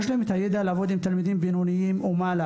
יש להם את הידע בשביל לעבוד עם תלמידים בינוניים ומעלה.